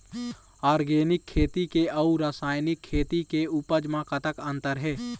Organic खेती के अउ रासायनिक खेती के उपज म कतक अंतर हे?